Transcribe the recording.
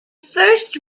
first